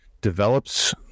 develops